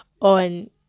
on